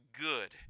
good